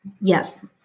Yes